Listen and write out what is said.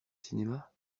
cinéma